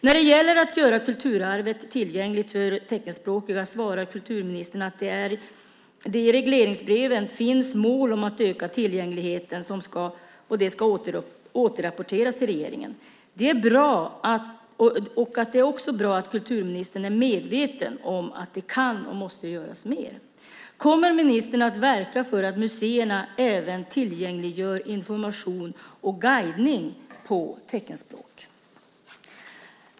När det gäller att göra kulturarvet tillgängligt för teckenspråkiga svarar kulturministern att det i regleringsbreven finns mål om ökad tillgänglighet och att det ska återrapporteras till regeringen. Det är bra. Det är också bra att kulturministern är medveten om att mer kan och måste göras. Kommer ministern att verka för att museerna även tillgängliggör information och guidning på teckenspråk?